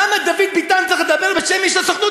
למה דוד ביטן צריך לדבר בשם איש הסוכנות,